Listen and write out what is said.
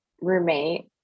roommate